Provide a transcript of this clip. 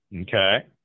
Okay